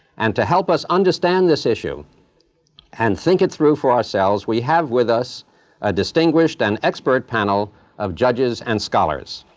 and to help us understand this issue and think it through for ourselves, we have with us a distinguished and expert panel of judges and scholars.